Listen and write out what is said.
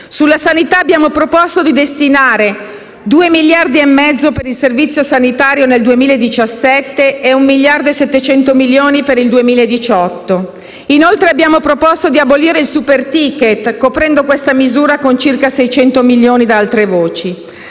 Sulla sanità abbiamo proposto di destinare 2,5 miliardi per il Servizio sanitario nazionale nel 2017 e 1,7 miliardi per il 2018. Inoltre, abbiamo proposto di abolire il superticket, coprendo questa misura con circa 600 milioni da altre voci.